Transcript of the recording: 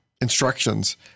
instructions